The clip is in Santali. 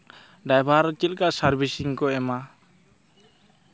ᱰᱟᱭᱵᱷᱟᱨ ᱪᱮᱫ ᱞᱮᱠᱟ ᱥᱟᱨᱵᱷᱤᱥᱤᱝ ᱠᱚ ᱮᱢᱟ